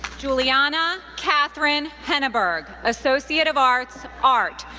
julianna catherine henneberg, associate of arts, art,